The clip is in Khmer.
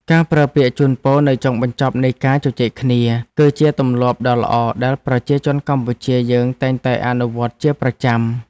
ការប្រើពាក្យជូនពរនៅចុងបញ្ចប់នៃការជជែកគ្នាគឺជាទម្លាប់ដ៏ល្អដែលប្រជាជនកម្ពុជាយើងតែងតែអនុវត្តជាប្រចាំ។